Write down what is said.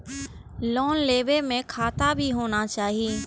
Loan लेबे में खाता भी होना चाहि?